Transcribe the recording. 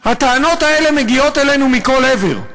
הטענות האלה מגיעות אלינו מכל עבר.